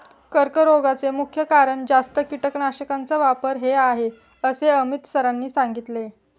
कर्करोगाचे मुख्य कारण जास्त कीटकनाशकांचा वापर हे आहे असे अमित सरांनी सांगितले